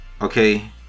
Okay